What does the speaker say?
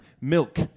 Milk